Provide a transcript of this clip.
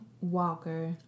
Walker